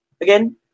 Again